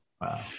wow